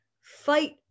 fight